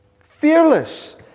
fearless